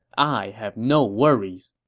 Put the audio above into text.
i have no worries!